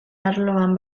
arloan